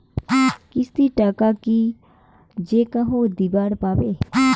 কিস্তির টাকা কি যেকাহো দিবার পাবে?